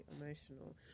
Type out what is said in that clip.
emotional